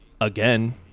again